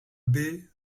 baie